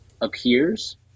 appears